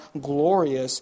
glorious